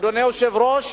אדוני היושב-ראש,